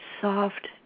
Soft